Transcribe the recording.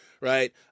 right